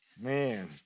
Man